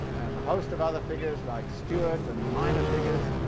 and a host of other figures, like steuart, and minor figures.